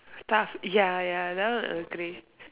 stuff ya ya that one agree